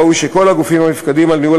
ראוי שכל הגופים המופקדים על ניהול